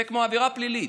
זה כמו עבירה פלילית.